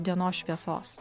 dienos šviesos